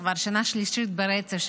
כבר שנה שלישית ברצף,